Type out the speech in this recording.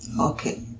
Okay